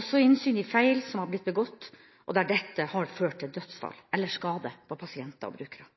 også innsyn i feil som har blitt begått, og der dette har ført til dødsfall eller skade på pasienter og brukere.